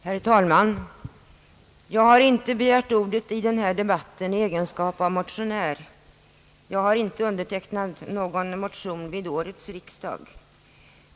Herr talman! Jag har inte begärt ordet i denna debatt i egenskap av motionär. Jag har inte undertecknat någon motion vid årets början som berör denna fråga.